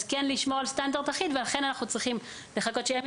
אז כן לשמור על סטנדרט אחיד ואכן אנחנו צריכים לחכות שהם